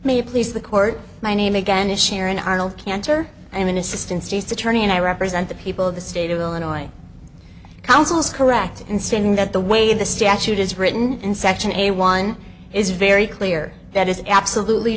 may please the court my name again is sharon arnold kanter i am an assistant state's attorney and i represent the people of the state of illinois counsel's correct in saying that the way the statute is written in section a one is very clear that is absolutely